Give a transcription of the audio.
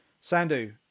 Sandu